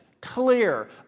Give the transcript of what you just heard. clear